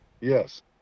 yes